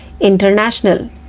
International